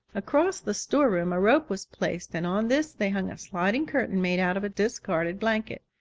across the storeroom a rope was placed and on this they hung a sliding curtain, made out of a discarded blanket.